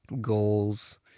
goals